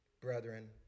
brethren